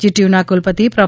જીટીયુના કુલપતિ પ્રો